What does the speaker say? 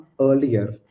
earlier